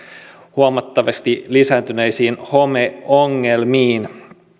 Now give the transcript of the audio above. huomattavasti lisääntyneisiin homeongelmiin